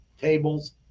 tables